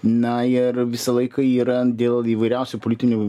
na ir visą laiką yra dėl įvairiausių politinių